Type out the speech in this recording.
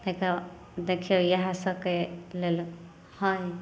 तै कऽ देखियौ इहे सभके लेल ह इ